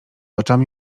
oczami